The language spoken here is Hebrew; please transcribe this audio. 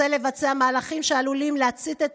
רוצה לבצע מהלכים שעלולים להצית את